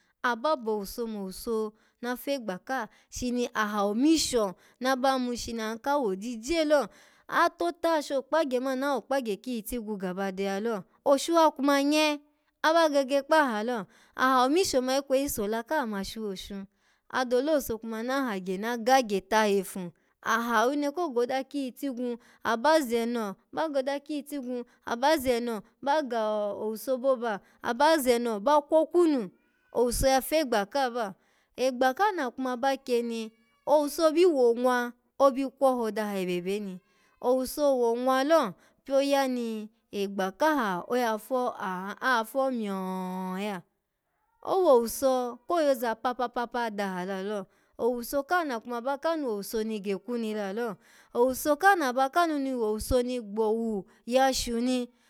Aba bo owuso mo owuso na fegba ka shini aha omisho naba yimu shini auka wojije lo, atota ha shini okpagye man na wokpagye kiyitigwu gaba deya lo, oshu ha kuma nye aba gege kpaha lo aha omisho ma ikweyi sola kaha ma shuwoshu adole owuso kuma na hagye na gagye tahefu aha awine ko goda kiyi tigwu, aba zeno ba goda kiyitigwu, aba zeno ba ga-o-owuso boba, aba zeno ba kwokwunu, owuso ya fegba ka ba egba ka na kuma ba kye ni, owuso bi wonwa obi kpoho daha ebebeni owuso wonwapyo ya ni egba kaha afo-aha-afo myoo ya owuso ko yoza papa papa daha lalo, owuso kaha na ba kanu ni kuma wo owuso ni gekwu ni lalo, owuso ka na ba kanu ni wo owuso ni gbowu ya shu ni.